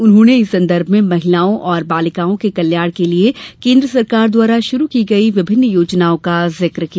उन्होंने इस संदर्भ में महिलाओं और बालिकाओं के कल्याण के लिए केन्द्र सरकार द्वारा शुरू की गई विभिन्न योजनाओं का जिक्र किया